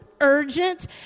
urgent